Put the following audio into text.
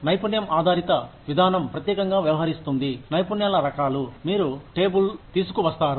నైపుణ్యం ఆధారిత విధానం ప్రత్యేకంగా వ్యవహరిస్తుంది నైపుణ్యాల రకాలు మీరు టేబులు తీసుకువస్తారు